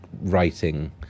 writing